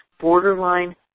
borderline